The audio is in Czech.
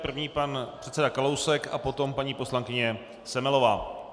První pan předseda Kalousek a potom paní poslankyně Semelová.